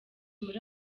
muri